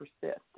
persist